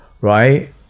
right